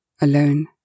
alone